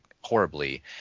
horribly